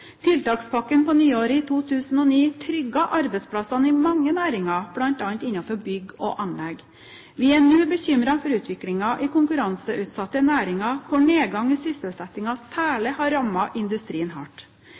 Tiltakspakken på nyåret i 2009 trygget arbeidsplassene i mange næringer, bl.a. innenfor bygg og anlegg. Vi er nå bekymret for utviklingen i konkurranseutsatte næringer hvor nedgangen i sysselsettingen særlig har rammet industrien hardt.